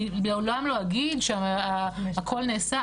אני מעולם לא אגיד שהכל נעשה,